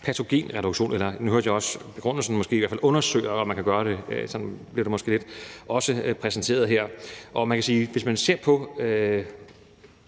patogenreduktion eller, som jeg måske nu også hørte det i begrundelsen, i hvert fald undersøger, om man kan gøre det. Sådan blev det måske også lidt præsenteret her, og man kan jo sige, hvis man ser på